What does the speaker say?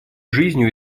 жизнью